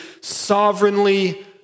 sovereignly